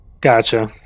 Gotcha